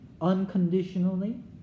unconditionally